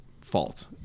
fault